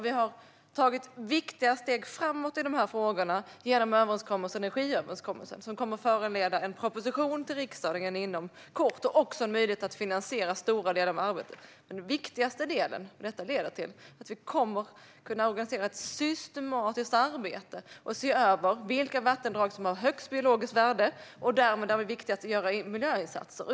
Vi har tagit viktiga steg framåt i dessa frågor genom energiöverenskommelsen. Den kommer att föranleda en proposition till riksdagen inom kort och en möjlighet att finansiera stora delar av arbetet. Den viktigaste delen är att vi kommer att kunna organisera ett systematiskt arbete och se över vilka vattendrag som har högst biologiskt värde och därmed är de viktigaste att göra miljöinsatser för.